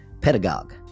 Pedagogue